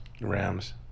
Rams